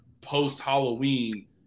post-Halloween